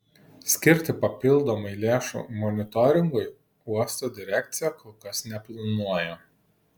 skirti papildomai lėšų monitoringui uosto direkcija kol kas neplanuoja